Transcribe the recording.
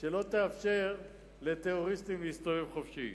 שלא תאפשר לטרוריסטים להסתובב חופשי.